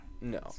No